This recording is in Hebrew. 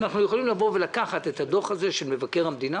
אנחנו יכולים לבוא ולקחת את הדוח הזה של מבקר המדינה,